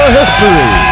history